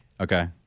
Okay